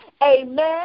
amen